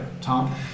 Tom